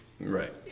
Right